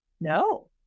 No